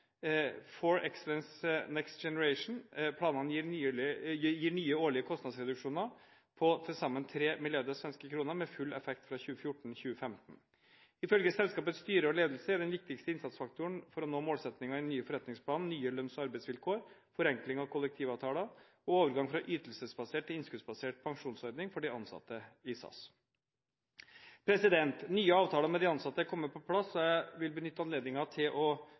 gir nye årlige kostnadsreduksjoner på til sammen 3 mrd. svenske kroner med full effekt fra 2014/2015. Ifølge selskapets styre og ledelse er den viktigste innsatsfaktoren for å nå målsettingen i den nye forretningsplanen nye lønns- og arbeidsvilkår, forenkling av kollektivavtaler og overgang fra ytelsesbasert til innskuddsbasert pensjonsordning for de ansatte i SAS. Nye avtaler med de ansatte er kommet på plass, og jeg vil benytte anledningen til å